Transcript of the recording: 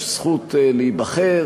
יש זכות להיבחר.